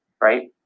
right